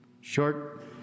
short